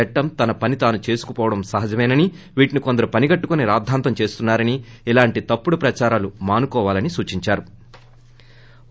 చట్టం తన పని తాను దేసుకుపోవడం సహజమేనని వీటిని కొందరు పనిగట్టుకొని రాద్దాంతం చేస్తున్నారని ఇలాంటి తప్పుడు ప్రదారాలు మానుకోవాలని విష్ణుకుమార్రాజు సూచించారు